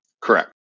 Correct